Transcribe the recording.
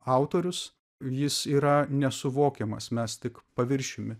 autorius jis yra nesuvokiamas mes tik paviršiumi